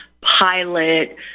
pilot